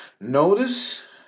Notice